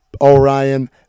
Orion